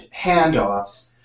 handoffs